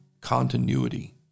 continuity